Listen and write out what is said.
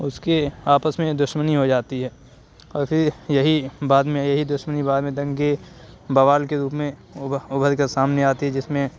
اُس کی آپس میں دشمنی ہوجاتی ہے اور پھر یہی بعد میں یہی دشمنی بعد میں دنگے بوال کے روپ میں اُبھر اُبھر کر سامنے آتی ہے جس میں